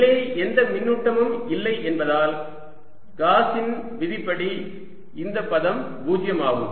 உள்ளே எந்த மின்னூட்டமும் இல்லை என்பதால் காஸின் விதிப்படி இந்த பதம் 0 ஆகும்